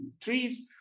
trees